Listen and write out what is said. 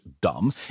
dumb